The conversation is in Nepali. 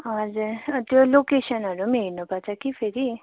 हजुर त्यो लोकेसनहरू पनि हेर्नुपर्छ कि फेरि